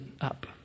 up